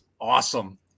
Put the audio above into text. awesome